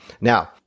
Now